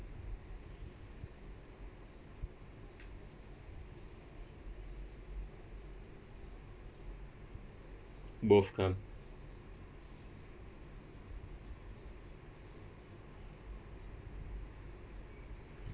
both come